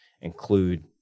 include